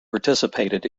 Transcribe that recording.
participated